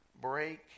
break